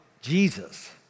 Jesus